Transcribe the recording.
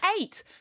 eight